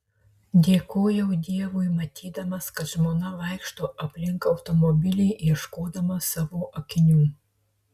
dėkojau dievui matydamas kad žmona vaikšto aplink automobilį ieškodama savo akinių